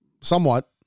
somewhat